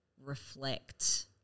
reflect